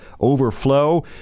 overflow